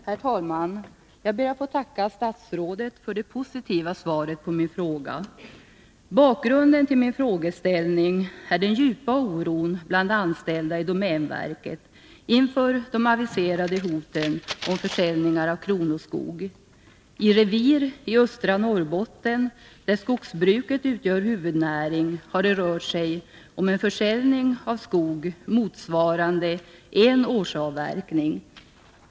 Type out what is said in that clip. Herr talman! Jag ber att få tacka statsrådet för det positiva svaret på min fråga. Bakgrunden till min frågeställning är den djupa oron bland anställda i domänverket inför hotet om aviserade försäljningar av kronoskog. I revir i östra Norrbotten, där skogsbruket utgör huvudnäring, har det rört sig om en försäljning av skog motsvarande en årsavverkning.